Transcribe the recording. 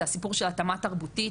זה הסיפור של התאמה תרבותית,